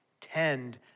Tend